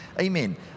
Amen